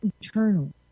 eternal